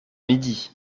midi